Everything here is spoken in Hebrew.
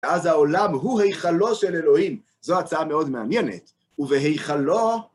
אז העולם הוא היכלו של אלוהים, זו הצעה מאוד מעניינת. ובהיכלו...